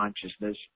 consciousness